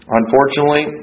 unfortunately